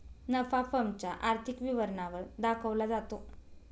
नफा फर्म च्या आर्थिक विवरणा वर दाखवला जातो